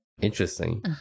interesting